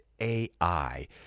AI